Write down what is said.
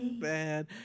bad